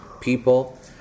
people